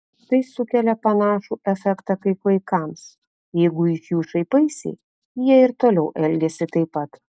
tai sukelia panašų efektą kaip vaikams jeigu iš jų šaipaisi jie ir toliau elgiasi taip pat